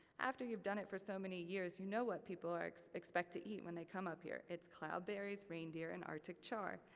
after you've done it for so many years, you know what people expect to eat when they come up here. it's cloudberries, reindeer, and arctic char.